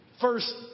first